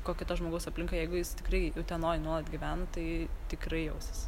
kokia to žmogaus aplinka jeigu jis tikrai utenoj nuolat gyvena tai tikrai jausis